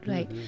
Right